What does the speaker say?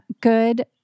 good